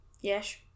Yes